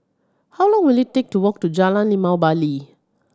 how long will it take to walk to Jalan Limau Bali